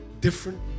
different